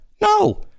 No